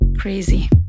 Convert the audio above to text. Crazy